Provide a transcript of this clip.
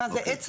מה זה אצבע?